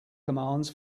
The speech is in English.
commands